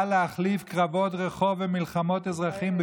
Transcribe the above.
בא להחליף קרבות רחוב ומלחמות אזרחים.